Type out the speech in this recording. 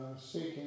seeking